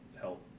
help